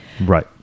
Right